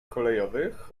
kolejowych